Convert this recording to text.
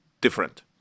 different